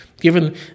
given